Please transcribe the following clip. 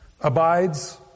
abides